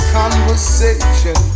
conversation